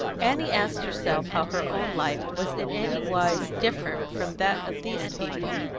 annie asked herself how her own life was in any wise different from that of these people.